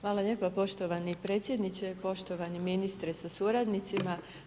Hvala lijepo poštovani predsjedniče, poštovani ministre sa suradnicima.